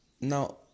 Now